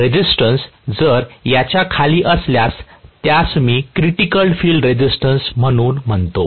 resistance जर याच्या खाली असल्यास त्यास मी क्रिटिकल फील्ड रेसिस्टन्स म्हणून म्हणतो